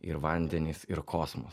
ir vandenys ir kosmosas